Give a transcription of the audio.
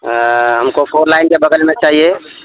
ہم کو four line کے بغل میں چاہیے